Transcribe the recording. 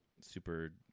super